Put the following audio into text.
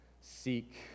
seek